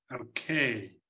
Okay